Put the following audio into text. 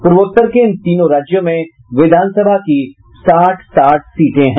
पूर्वोत्तर के इन तीनों राज्यों में विधानसभा की साठ साठ सीटें हैं